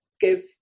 give